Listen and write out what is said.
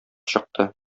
чыкты